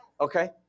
Okay